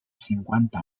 cinquanta